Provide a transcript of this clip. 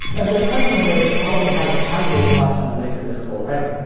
as their customer base probably had a sizeable collection of laserdiscs already.